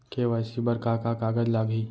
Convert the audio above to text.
KYC बर का का कागज लागही?